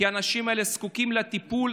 כי האנשים האלה זקוקים לטיפול,